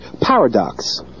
paradox